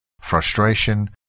frustration